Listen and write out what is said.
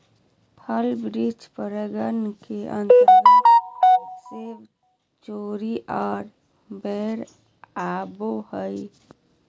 फल वृक्ष परागण के अंतर्गत सेब, चेरी आर बेर आवो हय